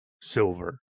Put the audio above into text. silver